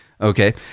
okay